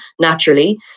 naturally